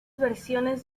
versiones